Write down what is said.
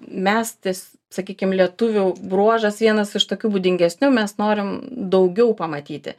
mes tis sakykim lietuvių bruožas vienas iš tokių būdingesnių mes norim daugiau pamatyti